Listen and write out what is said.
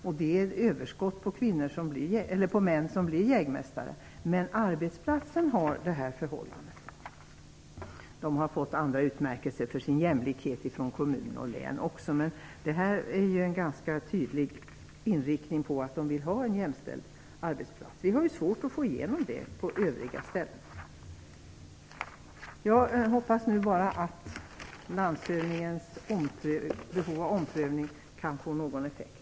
Men på den här arbetsplatsen råder jämställdhet. De har fått utmärkelser för sin jämlikhet från kommunen och länet. Det här är ett ganska tydligt tecken på att man vill ha en jämställd arbetsplats. Vi har svårt att få igenom det på andra ställen. Jag hoppas nu bara att den omprövning som landshövdingen vill göra kommer att få någon effekt.